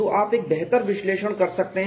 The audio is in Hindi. तो आप एक बेहतर विश्लेषण कर सकते हैं